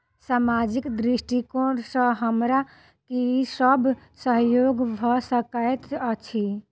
सामाजिक दृष्टिकोण सँ हमरा की सब सहयोग भऽ सकैत अछि?